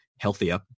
healthier